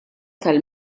tal